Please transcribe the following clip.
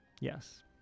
Yes